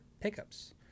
pickups